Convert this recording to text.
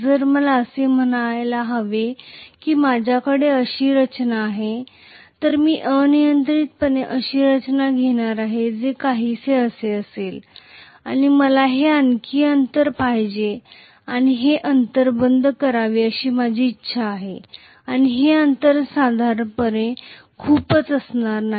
जर मला असे म्हणायला हवे की माझ्याकडे अशी रचना आहे तर मी अनियंत्रितपणे अशी रचना घेणार आहे जे काहीसे असे असेल आणि मला हे आणखी अंतर पाहिजे आणि हे अंतर बंद करावे अशी माझी इच्छा आहे आणि हे अंतर साधारणपणे खूपच असणार नाही